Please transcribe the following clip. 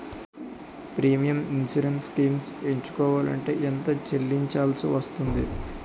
Premium insurance schemes ఎంచుకోవలంటే ఎంత చల్లించాల్సివస్తుంది??